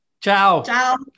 Ciao